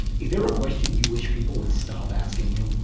is there question you wish people would stop asking you?